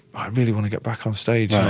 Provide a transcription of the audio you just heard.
i really want to get back on stage, and